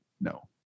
No